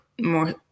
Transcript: more